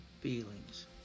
feelings